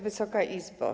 Wysoka Izbo!